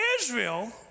Israel